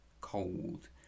cold